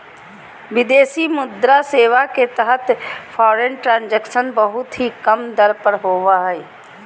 विदेशी मुद्रा सेवा के तहत फॉरेन ट्रांजक्शन बहुत ही कम दर पर होवो हय